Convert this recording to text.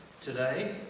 today